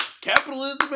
capitalism